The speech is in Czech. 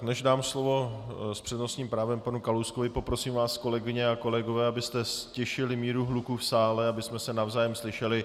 Než dám slovo s přednostním právem panu Kalouskovi, poprosím vás, kolegyně a kolegové, abyste ztišili míru hluku v sále, abychom se navzájem slyšeli.